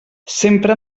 sempre